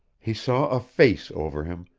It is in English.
he saw a face over him,